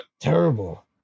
terrible